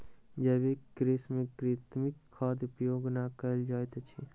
जैविक कृषि में कृत्रिम खादक उपयोग नै कयल जाइत अछि